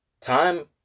time